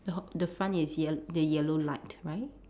the the front is yel~ the yellow light right